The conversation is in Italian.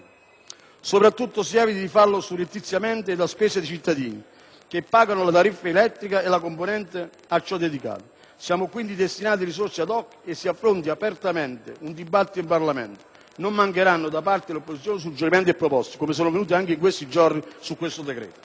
Soprattutto, si eviti di farlo surrettiziamente ed a spese dei cittadini che pagano la tariffa elettrica e la componente a ciò dedicata. Siano quindi destinate risorse *ad hoc* e si affronti apertamente un dibattito in Parlamento: non mancheranno, da parte delle opposizioni, suggerimenti e proposte come sono venute anche in questi giorni sul decreto.